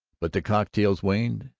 but the cocktails waned,